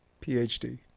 PhD